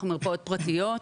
אנחנו מרפאות פרטיו.